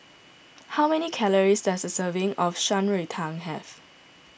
how many calories does a serving of Shan Rui Tang have